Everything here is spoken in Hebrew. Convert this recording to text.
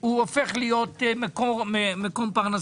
הוא הופך להיות מקום פרנסה.